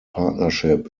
partnership